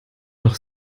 noch